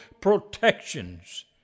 protections